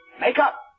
Makeup